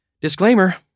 Disclaimer